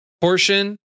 portion